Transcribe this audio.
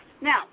Now